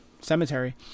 cemetery